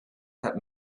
kept